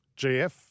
GF